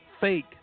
fake